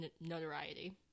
notoriety